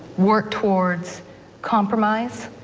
work towards compromise.